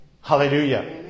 Hallelujah